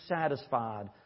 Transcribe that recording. satisfied